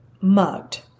mugged